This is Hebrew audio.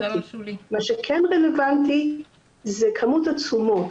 מה שכן רלוונטי היא כמות התשומות.